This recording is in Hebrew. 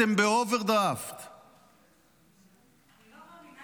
אתם באוברדרפט -- אני לא מאמינה לאף מילה.